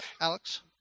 Alex